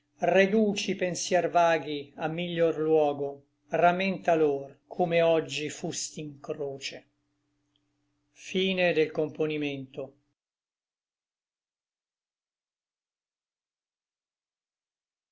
reduci i pensier vaghi a miglior luogo ramenta lor come oggi fusti in croce